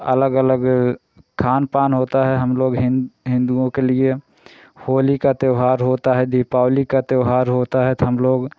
अलग अलग खान पान होता है हम लोग हिन हिन्दूओं के लिए होली का त्यौहार होता है दीपावली का त्यौहार होता है तो हम लोग